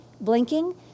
blinking